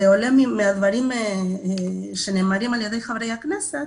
ועולה מהדברים שנאמרים על ידי חברי הכנסת